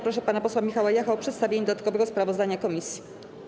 Proszę pana posła Michała Jacha o przedstawienie dodatkowego sprawozdania komisji.